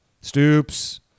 Stoops